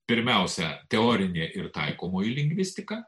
pirmiausia teorinė ir taikomoji lingvistika